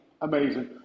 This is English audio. Amazing